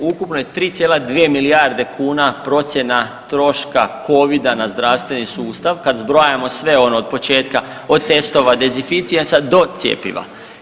Ukupno je 3,2 milijarde kuna procjena troška Covida na zdravstveni sustav kad zbrajamo sve ono od početka od testova, dezinficijensa do cjepiva.